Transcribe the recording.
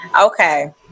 Okay